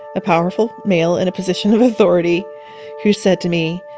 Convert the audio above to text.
a powerful male, in a position of authority who said to me,